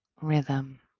rhythm